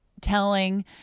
telling